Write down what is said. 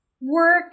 work